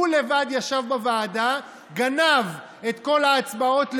הוא לבד ישב בוועדה, גנב את כל ההצבעות לבד,